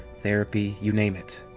therapy, you name it.